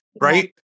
Right